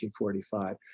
1945